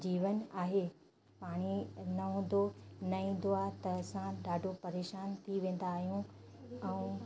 जीवन आहे पाणी न हूंदो न ईंदो आहे त असां ॾाढो परेशानु थी वेंदा आहियूं ऐं